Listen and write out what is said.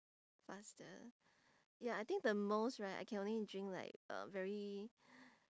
faster ya I think the most right I can only drink like uh very